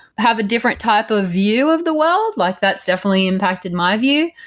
have a different type of view of the world. like that's definitely impacted my view,